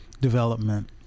development